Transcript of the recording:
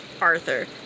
Arthur